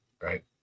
right